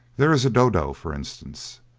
there is a dodo, for instance.